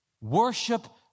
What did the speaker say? Worship